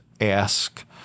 ask